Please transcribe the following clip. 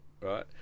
Right